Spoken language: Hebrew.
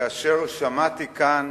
כאשר שמעתי כאן